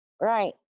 Right